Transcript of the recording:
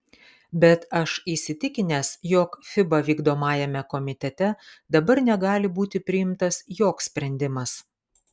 bet aš įsitikinęs jog fiba vykdomajame komitete dabar negali būti priimtas joks sprendimas